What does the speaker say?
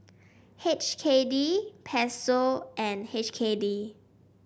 H K D Peso and H K D